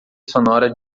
sonora